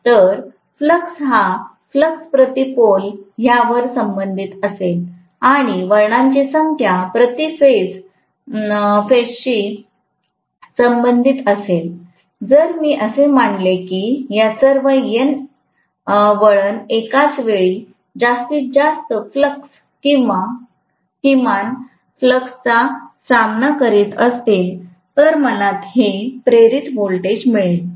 तर फ्लक्स हा फ्लक्स प्रति पोल ह्या वर संबंधित असेल आणि वळणाची संख्या प्रति फेज शी संबंधित असेल जर मी असे मानले की या सर्व N वळण एकाच वेळी जास्तीत जास्त फ्लक्स किंवा किमान फ्लक्सचा सामना करत असतील तर मला हे प्रेरित व्होल्टेज मिळेल